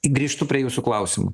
grįžtu prie jūsų klausimų